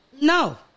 No